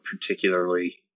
particularly